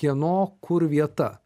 kieno kur vieta